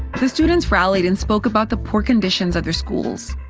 the students rallied and spoke about the poor conditions of their schools.